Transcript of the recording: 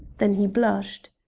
then he blushed.